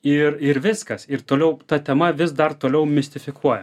ir ir viskas ir toliau ta tema vis dar toliau mistifikuoja